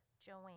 Joanne